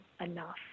enough